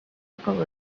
circle